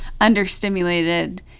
understimulated